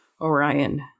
Orion